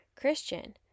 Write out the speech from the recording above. Christian